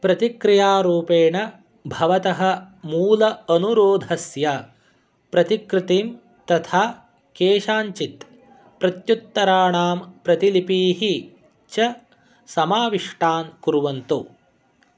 प्रतिक्रियारूपेण भवतः मूल अनुरोधस्य प्रतिकृतिं तथा केषाञ्चित् प्रत्युत्तराणां प्रतिलिपीः च समाविष्टान् कुर्वन्तु